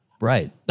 Right